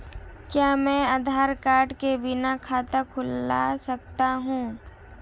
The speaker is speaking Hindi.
क्या मैं आधार कार्ड के बिना खाता खुला सकता हूं?